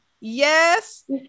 yes